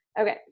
Okay